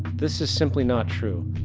this is simply not true.